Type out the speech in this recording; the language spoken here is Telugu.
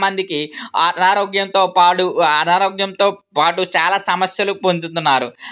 మందికి అనారోగ్యంతో పాటు అనారోగ్యంతో చాలా సమస్యలు పొందుతున్నారు